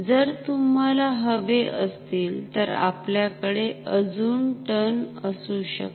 जर तुम्हाला हवे असतील तर आपल्याकडे अजुन टर्न असु शकतात